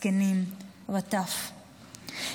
זקנים וטף,